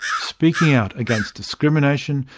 speaking out against discrimination,